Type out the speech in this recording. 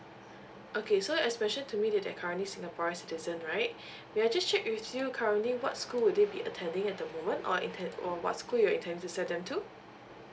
okay so as mentioned to me that they're currently singaporean citizen right may I just check with you currently what school would they be attending at the moment or intend or what school you intend to send them to